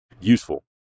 useful